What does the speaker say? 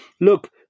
Look